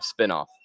Spinoff